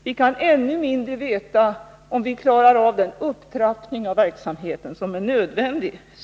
Vi kan ännu mindre veta om vi klarar den upptrappning av verksamheten som är nödvändig.